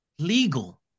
Legal